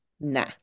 Nah